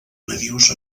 nadius